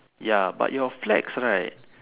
ya but your flags right